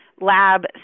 lab